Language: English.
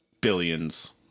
billions